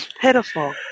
Pitiful